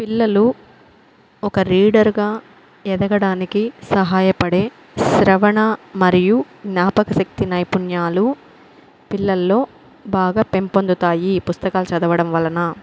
పిల్లలు ఒక రీడర్గా ఎదగడానికి సహాయపడే శ్రవణ మరియు జ్ఞాపక శక్తి నైపుణ్యాలు పిల్లల్లో బాగా పెంపొందుతాయి ఈ పుస్తకాలు చదవడం వలన